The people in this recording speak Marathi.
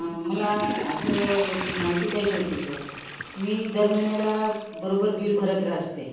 मला असं एक माहिती पाहिजे होती सर मी दर महिन्याला बरोबर बिल भरत असते